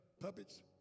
puppets